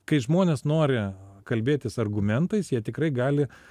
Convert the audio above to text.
kai žmonės nori kalbėtis argumentais jie tikrai gali